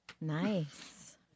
Nice